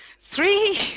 three